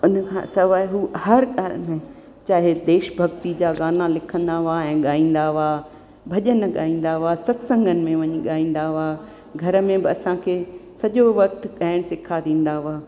हुन खां सवाइ हू हर घर में चाहे देशभक्तिअ जा ॻाना लिखंदा हुआ ऐं ॻाईंदा हुआ भॼन ॻाईंदा हुआ सतसंगनि में वञी ॻाईंदा हुआ घर में बि असांखे सॼो वक़्ति गाइण सिखा ॾींदा हुआ